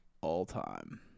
all-time